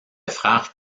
frère